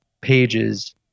pages